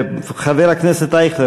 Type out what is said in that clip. חבר הכנסת אייכלר,